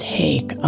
take